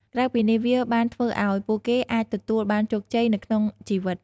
ក្រៅពីនេះ វាបានធ្វើឲ្យពួកគេអាចទទួលបានជោគជ័យនៅក្នុងជីវិត។